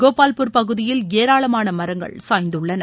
கோபால்பூர் பகுதியில் ஏராளமான மரங்கள் சாய்துள்ளன